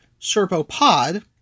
Serpopod